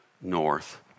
north